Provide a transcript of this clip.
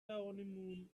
honeymoon